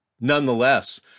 Nonetheless